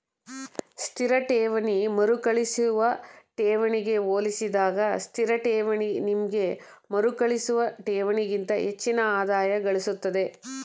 ಸ್ಥಿರ ಠೇವಣಿ ಮರುಕಳಿಸುವ ಠೇವಣಿಗೆ ಹೋಲಿಸಿದಾಗ ಸ್ಥಿರಠೇವಣಿ ನಿಮ್ಗೆ ಮರುಕಳಿಸುವ ಠೇವಣಿಗಿಂತ ಹೆಚ್ಚಿನ ಆದಾಯಗಳಿಸುತ್ತೆ